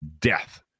death